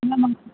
இல்லை மேம்